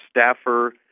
staffer